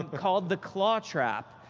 called the claw trap.